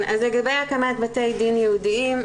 אז לגבי הקמת בתי דין ייעודיים,